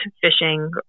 fishing